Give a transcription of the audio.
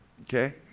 Okay